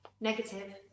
negative